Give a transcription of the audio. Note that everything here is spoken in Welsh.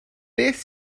beth